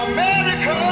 America